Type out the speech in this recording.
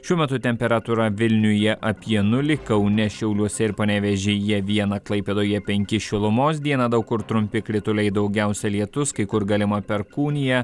šiuo metu temperatūra vilniuje apie nulį kaune šiauliuose ir panevėžyje viena klaipėdoje penki šilumos dieną daug kur trumpi krituliai daugiausia lietus kai kur galima perkūnija